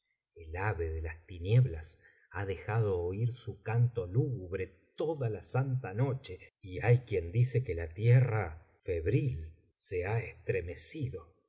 el ave de las tinieblas ha dejado oír su canto lúgubre toda la santa noche y hay quien dice que la tierra febril se ha estremecido